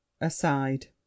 aside